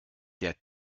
der